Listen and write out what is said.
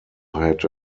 had